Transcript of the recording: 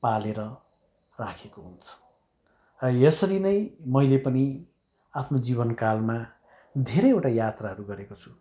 पालेर राखेको हुन्छ यसरी नै मैले पनि आफ्नो जीवनकालमा धेरैवटा यात्राहरू गरेको छु